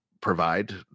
provide